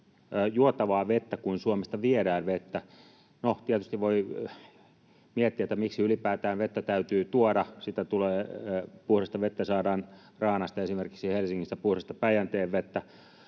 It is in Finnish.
juotavaa vettä kuin Suomesta viedään vettä. No, tietysti voi miettiä, miksi ylipäätään vettä täytyy tuoda — puhdasta vettä saadaan raanasta, esimerkiksi Helsingissä puhdasta Päijänteen vettä